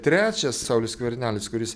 trečias saulius skvernelis kuris